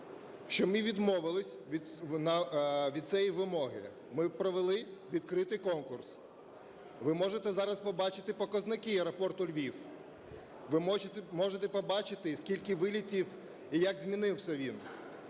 що ми відмовились від цієї вимоги, ми провели відкритий конкурс. Ви можете зараз побачити показники аеропорту "Львів". Ви можете побачити, і скільки вильотів, і як змінився він.